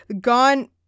gone